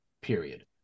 period